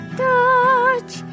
touch